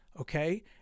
okay